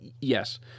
Yes